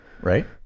right